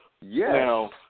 Yes